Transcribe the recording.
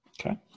Okay